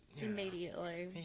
Immediately